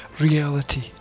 reality